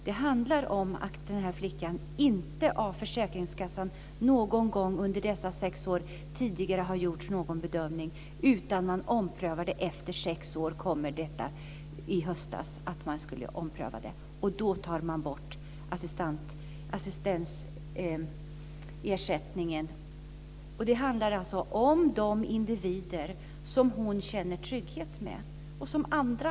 Det har inte någon gång under dessa sex år gjorts någon bedömning av den här flickan, utan i höstas kom efter sex år beskedet om en omprövning, och då tog man bort assistansersättningen. Det handlar om att hon skiljs från de individer som hon känner trygghet hos.